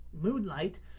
moonlight